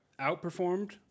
outperformed